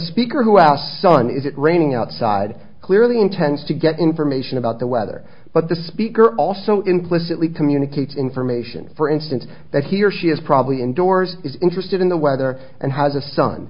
speaker who asked sun is it raining outside clearly intends to get information about the weather but the speaker also implicitly communicates information for instance that he or she is probably indoors is interested in the weather and h